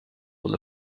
will